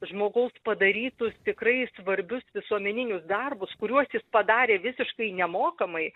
žmogaus padarytus tikrai svarbius visuomeninius darbus kuriuos jis padarė visiškai nemokamai